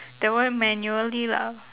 that one manually lah